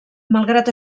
malgrat